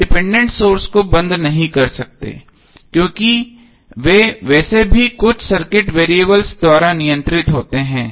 हम dependent sources को बंद नहीं कर सकते क्योंकि वे वैसे भी कुछ सर्किट वेरिएबल्स द्वारा नियंत्रित होते हैं